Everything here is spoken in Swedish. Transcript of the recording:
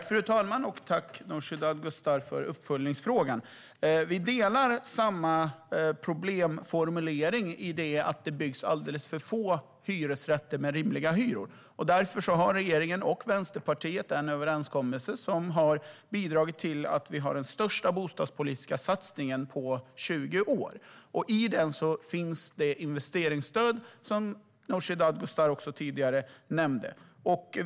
Fru talman! Tack, Nooshi Dadgostar, för uppföljningsfrågan! Vi delar problemformuleringen: att det byggs alldeles för få hyresrätter med rimliga hyror. Därför har regeringen och Vänsterpartiet en överenskommelse som har bidragit till att vi har den största bostadspolitiska satsningen på 20 år. I den finns det investeringsstöd som Nooshi Dadgostar tidigare nämnde.